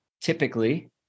Typically